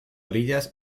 orillas